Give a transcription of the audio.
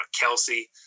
Kelsey